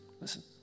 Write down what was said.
listen